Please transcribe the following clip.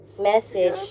message